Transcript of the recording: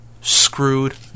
screwed